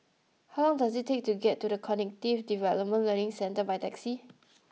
how long does it take to get to The Cognitive Development Learning Centre by taxi